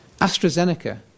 AstraZeneca